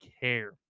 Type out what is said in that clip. care